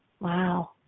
Wow